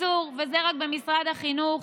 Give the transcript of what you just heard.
וזה רק בחינוך.